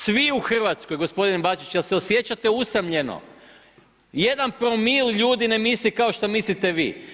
Svi u Hrvatskoj gospodine BAčić, jel se osjećate usamljeno, jedan promil ljudi ne misli kao što mislite vi.